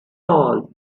all